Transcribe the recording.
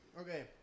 Okay